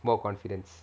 more confidence